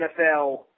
NFL